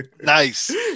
Nice